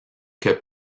que